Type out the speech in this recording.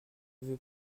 veux